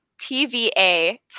TVA